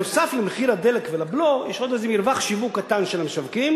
נוסף על מחיר הדלק והבלו יש עוד מרווח שיווק קטן של המשווקים,